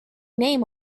name